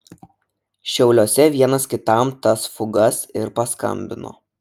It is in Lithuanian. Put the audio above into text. šiauliuose vienas kitam tas fugas ir paskambino